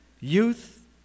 youth